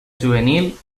juvenil